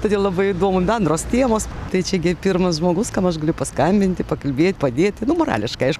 todėl labai įdomu bendros temos tai čia gi pirmas žmogus kam aš galiu paskambinti pakalbėt padėti morališkai aišku